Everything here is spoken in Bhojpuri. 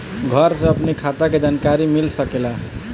घर से अपनी खाता के जानकारी मिल सकेला?